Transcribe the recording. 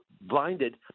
blinded